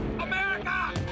America